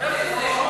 איך זה קשור לדיינים?